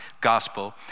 gospel